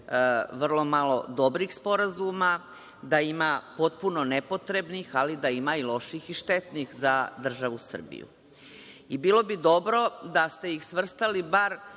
vrlo malo dobrih sporazuma, da ima potpuno nepotrebnih, ali da ima i loših i štetnih za državu Srbiju. Bilo bi dobro da ste ih svrstali, bar